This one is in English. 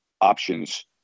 options